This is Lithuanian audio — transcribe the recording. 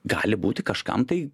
gali būti kažkam tai